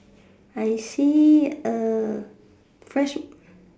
I see a fresh